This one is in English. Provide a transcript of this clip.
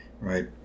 right